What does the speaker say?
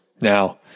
Now